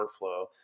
workflow